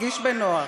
תרגיש בנוח.